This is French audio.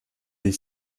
des